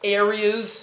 areas